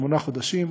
שמונה חודשים,